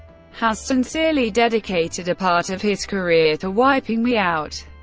has sincerely dedicated a part of his career to wiping me out.